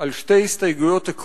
על ההסתייגויות.